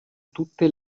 tutte